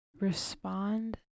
Respond